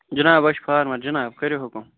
جِناب أسۍ چھِ فارمَر جِناب کٔرِو حُکُم